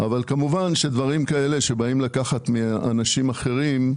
אבל כמובן שדברים כאלה שבאים לקחת מאנשים אחרים,